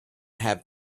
have